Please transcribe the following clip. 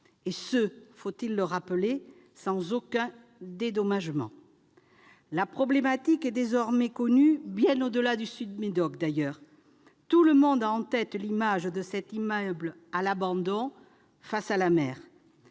et ce- faut-il le rappeler ?-, sans aucun dédommagement. Le problème est désormais connu bien au-delà du sud du Médoc. Tout le monde a en tête l'image de cet immeuble à l'abandon, face à la mer.